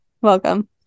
Welcome